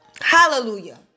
Hallelujah